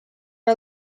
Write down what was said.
are